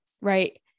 right